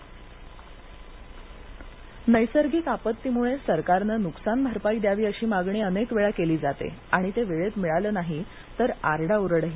अनदान वर्धा नैसर्गिक आपत्तीमुळे सरकारनं नुकसान भरपाई द्यावी अशी मागणी अनेक वेळा केली जाते आणि ते वेळेत मिळालं नाही तर आरडाओरडाही